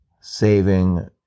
saving